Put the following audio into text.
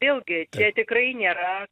vėlgi čia tikrai nėra